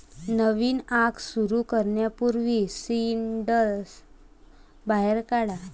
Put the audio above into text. नवीन आग सुरू करण्यापूर्वी सिंडर्स बाहेर काढा